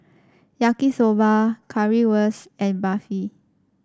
Yaki Soba Currywurst and Barfi